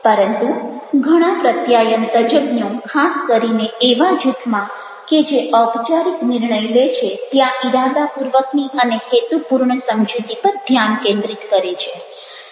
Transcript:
પરંતુ ઘણા પ્રત્યાયન તજજ્ઞો ખાસ કરીને એવા જૂથમાં કે જે ઔપચારિક નિર્ણય લે છે ત્યાં ઈરાદાપૂર્વકની અને હેતુપૂર્ણ સમજૂતી પર ધ્યાન કેન્દ્રિત કરે છે